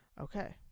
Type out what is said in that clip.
okay